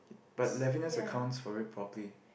but Levinas accounts for it properly